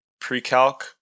pre-calc